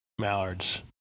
mallards